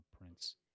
prince